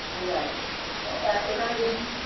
ঠিক আছে তো একশো টাকাই দিন